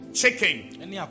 chicken